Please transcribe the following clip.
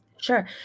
Sure